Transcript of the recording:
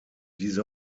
diese